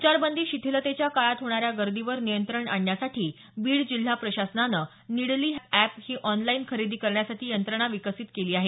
संचारबंदी शिथीलतेच्या काळात होणाऱ्या गर्दीवर नियंत्रण आणण्यासाठी बीड जिल्हा प्रशासनानं निडली अॅप ही ऑनलाईन खरेदी करण्यासाठी यंत्रणा विकसित केली आहे